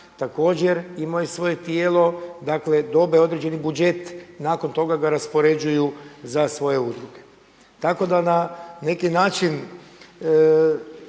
također imaju svoje tijelo, dakle dobe određeni budžet i nakon toga ga raspoređuju za svoje udruge. Tako da na neki način